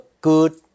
good